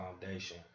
foundation